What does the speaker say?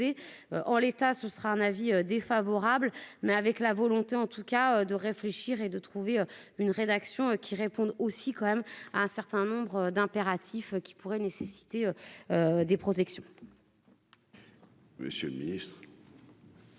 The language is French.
en l'état, ce sera un avis défavorable, mais avec la volonté en tout cas de réfléchir et de trouver une rédaction qui répondent aussi quand même à un certain nombre d'impératifs qui pourraient nécessiter des protections.